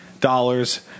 dollars